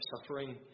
suffering